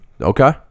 Okay